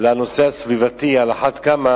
לנושא הסביבתי, על אחת כמה